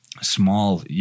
small